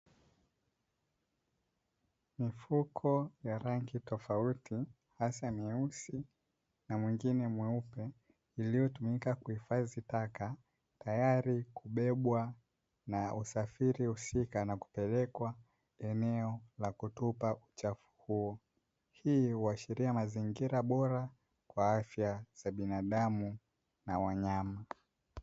Mifuko ya rangi tofauti hasa myeusi na mwingine mweupe uliotumika kuhifadhi taka tayari kubebwa na usafiri husika na kupelekwa eneo la kutupa uchafu huo, hii huashiria mazingira bora kwa afya za binadamu na wanyama.